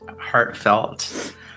heartfelt